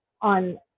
on